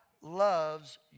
loves